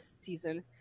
season